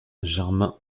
germain